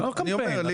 לא קמפיין.